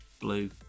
Blue